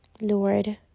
Lord